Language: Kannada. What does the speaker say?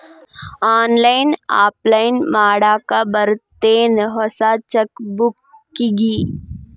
ಆನ್ಲೈನ್ ಅಪ್ಲೈ ಮಾಡಾಕ್ ಬರತ್ತೇನ್ ಹೊಸ ಚೆಕ್ ಬುಕ್ಕಿಗಿ